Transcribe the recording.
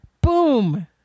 Boom